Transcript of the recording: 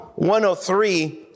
103